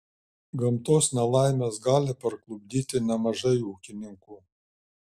gamtos nelaimės gali parklupdyti nemažai ūkininkų